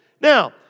Now